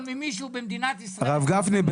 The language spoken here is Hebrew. ממישהו במדינת ישראל -- הרב גפני,